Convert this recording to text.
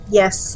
yes